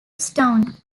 stone